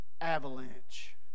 avalanche